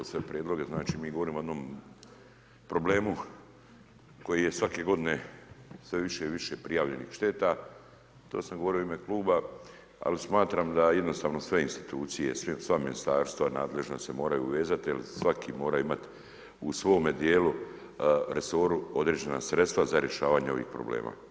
sve prijedloge, znači mi govorimo o jednom problemu, koji je svake g. sve više i više prijavljenih šteta, to sam govorio u ime kluba, ali smatram da jednostavno sve institucije, sva ministarstva nadležna se moraju vezati, jer svaki mora imati u svome dijelu, resoru, određena sredstva za rješavanje ovog problema.